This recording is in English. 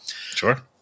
Sure